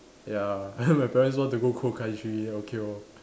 ya my parents want to go cold country okay lor